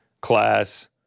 Class